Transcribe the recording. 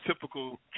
typical